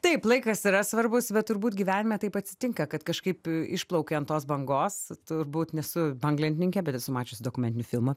taip laikas yra svarbus bet turbūt gyvenime taip atsitinka kad kažkaip išplauki ant tos bangos turbūt nesu banglentininkė bet esu mačiusi dokumentinių filmų